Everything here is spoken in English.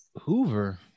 Hoover